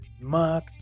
Mark